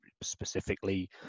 specifically